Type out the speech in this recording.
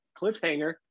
Cliffhanger